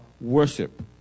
worship